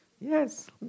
yes